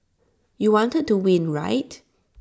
you wanted to win right